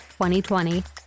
2020